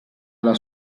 alla